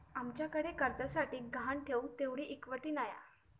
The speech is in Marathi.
आमच्याकडे कर्जासाठी गहाण ठेऊक तेवढी इक्विटी नाय हा